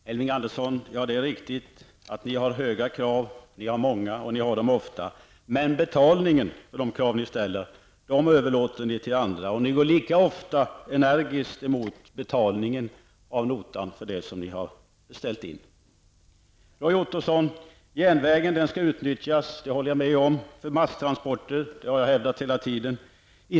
Herr talman! Det är riktigt, Elving Andersson, att ni har höga krav, att ni har många krav och att ni har dem ofta. Men betalningen för de krav ni ställer överlåter ni till andra, och ni går lika ofta energiskt emot betalningen av notan. Roy Ottosson! Jag håller med om att järnvägen skall utnyttjas i stället för vägen till masstransporter; det har jag hävdat hela tiden.